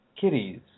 kitties